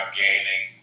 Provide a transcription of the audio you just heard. gaining